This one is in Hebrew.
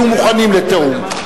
יהיו מוכנים לתיאום?